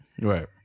right